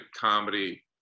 comedy